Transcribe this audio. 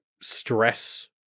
stress